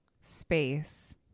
space